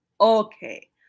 Okay